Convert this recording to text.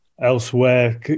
elsewhere